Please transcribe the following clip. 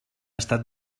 estat